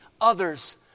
others